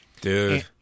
dude